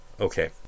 okay